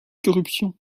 corruption